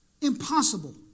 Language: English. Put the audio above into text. Impossible